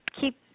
keep